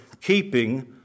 keeping